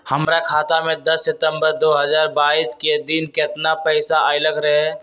हमरा खाता में दस सितंबर दो हजार बाईस के दिन केतना पैसा अयलक रहे?